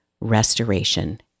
restoration